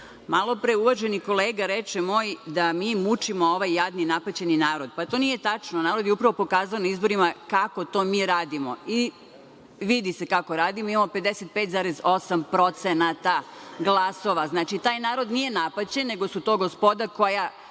pre uvaženi kolega moj, reče da mi mučimo ovaj jadni napaćeni narod. Pa, to nije tačno. Narod je upravo pokazao na izborima kako to mi radimo. I, vidi se kako radimo, imamo 55,8% glasova. Znači, taj narod nije napaćen, nego su to gospoda koja